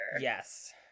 yes